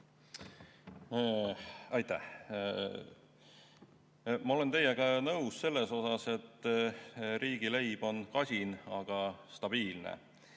Aitäh! Ma olen teiega nõus selles, et riigileib on kasin, aga stabiilne.